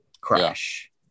crash